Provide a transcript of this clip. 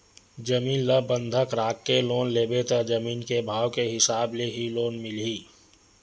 जमीन ल बंधक राखके लोन लेबे त जमीन के भाव के हिसाब ले ही लोन मिलही